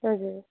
हजुर